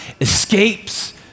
escapes